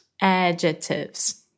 Adjectives